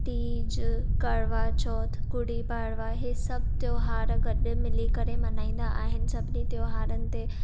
तीज करवाचौथ गुड़ी पाड़वा ही सभु त्योहार गॾु मिली करे मल्हाईंदा सभिनी त्योहारनि ते